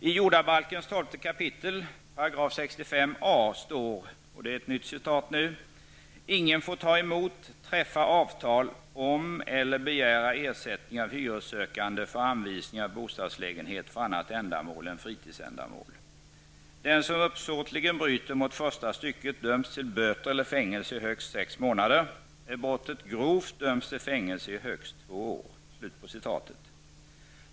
I jordabalkens 12 kap. 65a § står: ''Ingen får ta emot, träffa avtal om eller begära ersättning av hyressökande för anvisning av bostadslägenhet för annat ändamål än fritidsändamål.'' - -''Den som uppsåtligen bryter mot första stycket döms till böter eller fängelse i högst sex månader. Är brottet grovt, döms till fängelse i högst två år.''